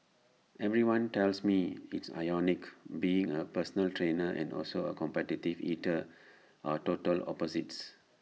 everyone tells me it's ironic being A personal trainer and also A competitive eater are total opposites